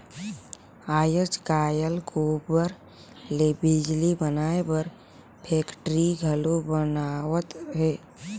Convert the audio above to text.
आयज कायल गोबर ले बिजली बनाए बर फेकटरी घलो बनावत हें